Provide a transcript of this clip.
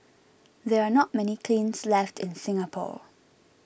there are not many kilns left in Singapore